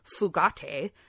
Fugate